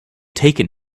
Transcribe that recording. taken